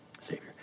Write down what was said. savior